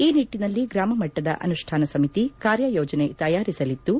ಈ ನಿಟ್ಟಿನಲ್ಲಿ ಗ್ರಾಮ ಮಟ್ಟದ ಅನುಷ್ಠಾನ ಸಮಿತಿ ಕಾರ್ಯಯೋಜನೆ ತಯಾರಿಸಲಿದ್ದು